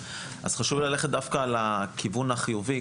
אז חשוב ללכת דווקא על הכיוון החיובי,